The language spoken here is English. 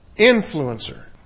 influencer